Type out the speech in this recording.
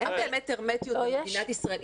אין באמת הרמטיות במדינת ישראל.